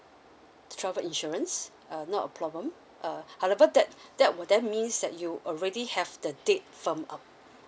travel insurance uh not a problem uh however that that will that means that you already have the date firm